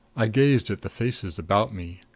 i gazed at the faces about me.